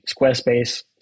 Squarespace